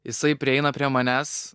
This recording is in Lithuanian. jisai prieina prie manęs